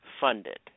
funded